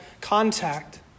contact